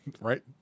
right